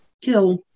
kill